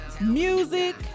music